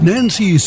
Nancy